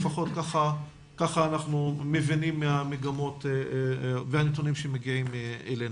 לפחות ככה אנחנו מבינים מהמגמות והנתונים שמגיעים אלינו.